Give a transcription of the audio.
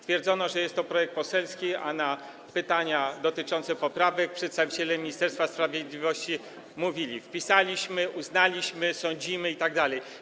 Twierdzono, że jest to projekt poselski, a na pytania dotyczące poprawek przedstawiciele Ministerstwa Sprawiedliwości mówili, odpowiadali: wpisaliśmy, uznaliśmy, sądzimy itd.